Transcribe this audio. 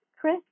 Chris